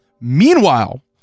Meanwhile